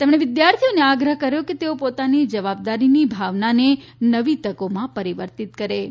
તેમણે વિદ્યાર્થીઓને આગ્રહ કર્યો છે કે તેઓ પોતાની જવાબદારીની ભાવનાને નવી તકોમાં પરિવર્તિત કરે છે